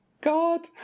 god